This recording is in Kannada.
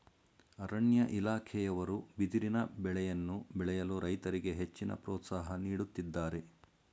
ಅರಣ್ಯ ಇಲಾಖೆಯವರು ಬಿದಿರಿನ ಬೆಳೆಯನ್ನು ಬೆಳೆಯಲು ರೈತರಿಗೆ ಹೆಚ್ಚಿನ ಪ್ರೋತ್ಸಾಹ ನೀಡುತ್ತಿದ್ದಾರೆ